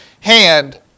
hand